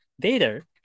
data